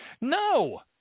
No